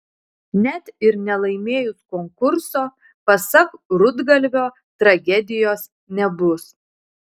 net ir nelaimėjus konkurso pasak rudgalvio tragedijos nebus